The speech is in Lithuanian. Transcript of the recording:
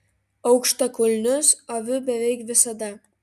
aukštakulnius aviu beveik visada